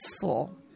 full